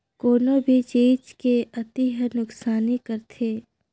कोनो भी चीज के अती हर नुकसानी करथे